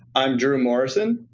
i'm drew morrison,